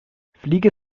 fliege